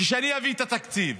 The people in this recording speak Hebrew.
כשאני אביא את התקציב,